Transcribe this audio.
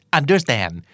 understand